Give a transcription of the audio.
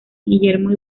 guillermo